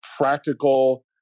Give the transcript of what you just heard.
practical